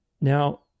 Now